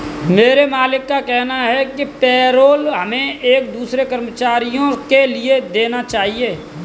मेरे मालिक का कहना है कि पेरोल हमें एक दूसरे कर्मचारियों के लिए देना चाहिए